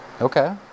Okay